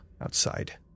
outside